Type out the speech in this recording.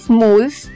moles